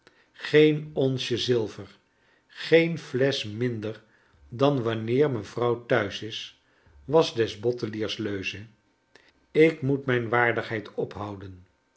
geen onsje zilver geen flesch minder dan wanneer mevrouw thuis is was des bottelier's leuze i k moet mijn waardigheid ophouden